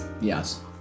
Yes